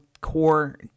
core